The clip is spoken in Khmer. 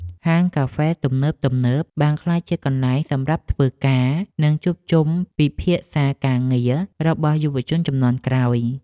ហាងកាហ្វេទំនើបៗបានក្លាយជាកន្លែងសម្រាប់ធ្វើការ និងជួបជុំពិភាក្សាការងាររបស់យុវជនជំនាន់ក្រោយ។